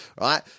right